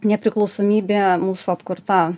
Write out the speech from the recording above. nepriklausomybė mūsų atkurta